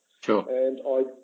Sure